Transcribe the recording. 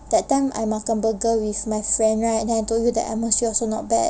that time I makan burger with my friend right then I told you that the atmosphere also not bad